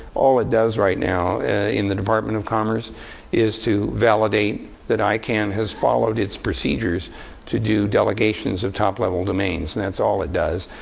all it does right now in the department of commerce is to validate that icann has followed its procedures to do delegations of top level domains. and that's all it does.